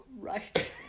right